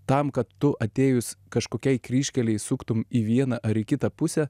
tam kad tu atėjus kažkokiai kryžkelei įsuktum į vieną ar į kitą pusę